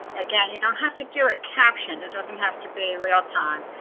again, you don't have to do it captioned, it doesn't have to be realtime,